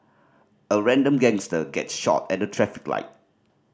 a random gangster gets shot at a traffic light